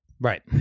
Right